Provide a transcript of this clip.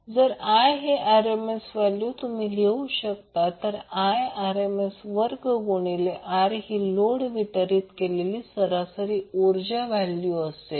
जर I हे RMS तर तुम्ही लिहू शकता I RMS वर्ग गुणिले R ही लोडला वितरीत केलेली सरासरी ऊर्जा व्हॅल्यू असेल